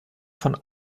von